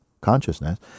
consciousness